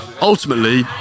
ultimately